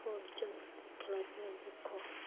অর্জুন খেলা লক্ষ্য